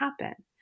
happen